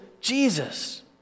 Jesus